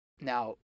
Now